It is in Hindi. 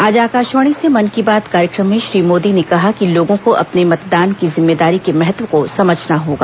आज आकाशवाणी से मन की बात कार्यक्रम में श्री मोदी ने कहा कि लोगों को अपने मतदान की जिम्मेदारी के महत्व को समझना होगा